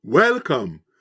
Welcome